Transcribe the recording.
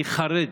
אני חרד